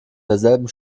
derselben